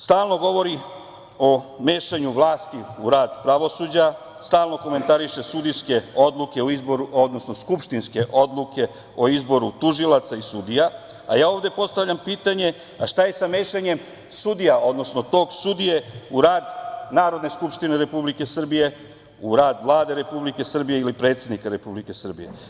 Stalno govori o mešanju vlasti u rad pravosuđa, stalno komentariše skupštinske odluke o izboru tužilaca i sudija, a ja ovde postavljam pitanje - a šta je sa mešanjem sudija, odnosno tog sudije u rad Narodne skupštine Republike Srbije, u rad Vlade Republike Srbije ili predsednika Republike Srbije?